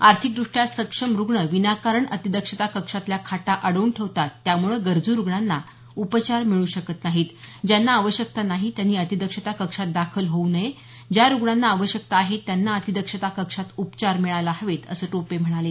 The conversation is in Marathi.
आर्थिकदृष्ट्या सक्षम रुग्ण विनाकारण अतिदक्षता कक्षातल्या खाटा अडवून ठेवतात त्यामुळे गरजू रुग्णांना उपचार मिळू शकत नाहीत ज्यांना आवश्यकता नाही त्यांनी अतिदक्षता कक्षात दाखल होऊ नये ज्या रुग्णांना आवश्यकता आहे त्यांना अतिदक्षता कक्षात उपचार मिळायला हवेत असं टोपे म्हणाले